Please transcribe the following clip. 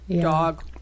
dog